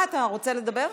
אתה רוצה לדבר?